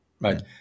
right